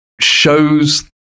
shows